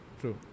True